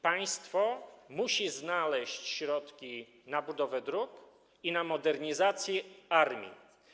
Państwo musi znaleźć środki na budowę dróg i na modernizację armii.